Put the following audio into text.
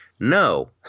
No